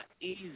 easy